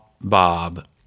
Bob